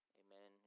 amen